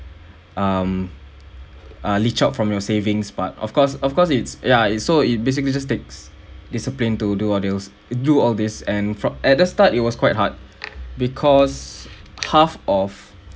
um uh leech out from your savings but of course of course it's yeah it's so it basically just takes discipline to do all those do all this and from at the start it was quite hard because half of